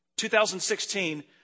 2016